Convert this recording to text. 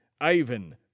Ivan